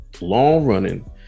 long-running